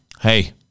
hey